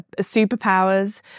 superpowers